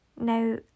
now